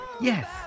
Yes